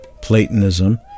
Platonism